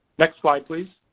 next slide please.